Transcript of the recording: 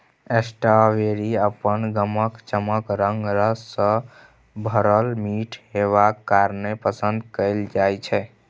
strawberry अपन गमक, चकमक रंग, रस सँ भरल मीठ हेबाक कारणेँ पसंद कएल जाइ छै